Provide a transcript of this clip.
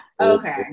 okay